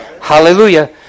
Hallelujah